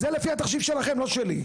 זה לפי התחשיב שלכם, לא שלי.